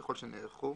ככל שנערכו,